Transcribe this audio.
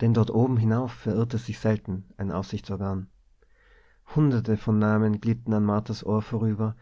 denn dort oben hinauf verirrte sich selten ein aufsichtsorgan hunderte von namen glitten an marthas ohr vorüber